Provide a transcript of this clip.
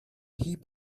heap